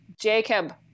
Jacob